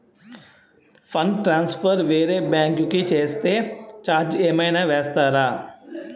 Fund transfer వేరే bank కి చేస్తే ఛార్జ్ ఏమైనా వేస్తారా?